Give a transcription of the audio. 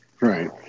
right